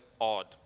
odd